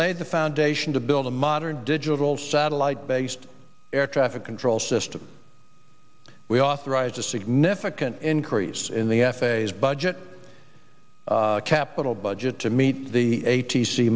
laid the foundation to build a modern digital satellite based air traffic control system we authorized a significant increase in the f a a as budget capital budget to meet the a